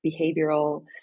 behavioral